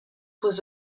was